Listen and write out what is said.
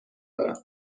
دارم